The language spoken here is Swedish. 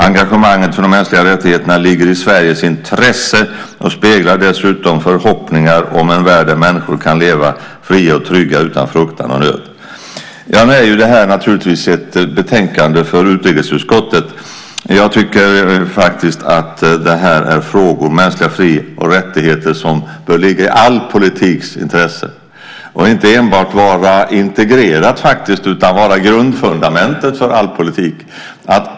Engagemanget för de mänskliga rättigheterna ligger i Sveriges intresse och speglar dessutom förhoppningar om en värld där människor kan leva fria och trygga, utan fruktan och nöd." Nu är detta naturligtvis ett betänkande från utrikesutskottet, men jag tycker faktiskt att mänskliga fri och rättigheter är frågor som bör ligga i all politiks intresse. Och de bör inte enbart vara integrerade utan vara grundfundamentet för all politik.